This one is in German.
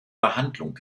behandlung